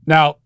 Now